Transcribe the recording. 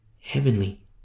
heavenly